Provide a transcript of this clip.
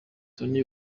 tonny